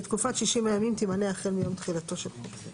לתקופת 60 הימים תימנה החל מיום תחילתו של חוק זה.